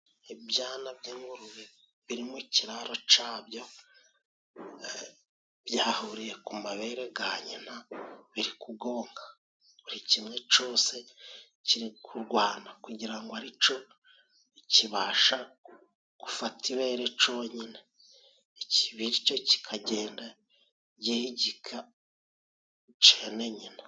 Ibyana by'ingurube biri mu kiraro cabyo byahuriye ku mabere ga nyina birikugonka , buri kimwe cose kiri kurwana kugira ngo arico kibasha gufata ibere conyine, bityo kikagenda gihigika cene nyina.